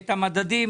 את המדדים,